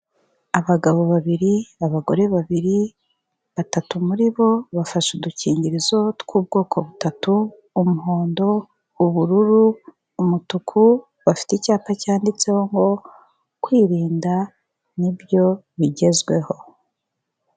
Abagabo babiri, abagore babiri, batatu muri bo bafashe udukingirizo tw'ubwoko butatu umuhondo, ubururu, umutuku bafite icyapa cyanditsehoho kwirinda ni byo bigezweho.